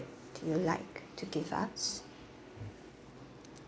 do you like to give us